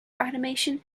automation